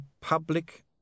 public